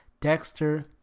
Dexter